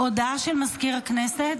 הודעה למזכיר הכנסת.